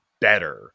better